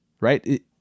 Right